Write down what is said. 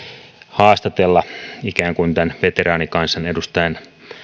haastatella ikään kuin tämän veteraanikansanedustajan